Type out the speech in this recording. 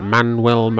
Manuel